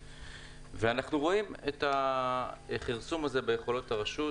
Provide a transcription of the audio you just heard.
ואנחנו רואים את הכרסום הזה ביכולות הרשות,